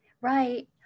Right